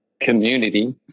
community